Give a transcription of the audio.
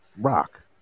rock